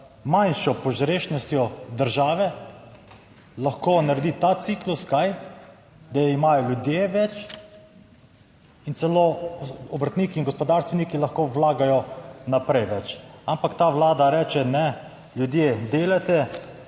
manjšo požrešnostjo države lahko naredi ta ciklus, kaj, da imajo ljudje več in celo obrtniki in gospodarstveniki lahko vlagajo naprej več, ampak ta Vlada reče, ne, ljudje delate,